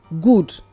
good